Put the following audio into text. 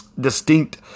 distinct